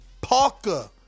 Parker